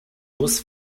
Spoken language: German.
muss